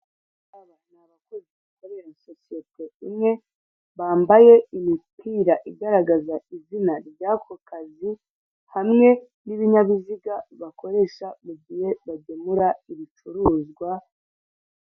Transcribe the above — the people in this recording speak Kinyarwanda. Aba ni abakozi bakorera sosiyete imwe bambaye imipira igaragaza izina ry'ako kazi hamwe n'ibinyabiziga bakoresha mu gihe bagemura ibicuruzwa.